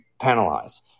penalize